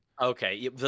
Okay